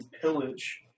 pillage